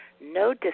No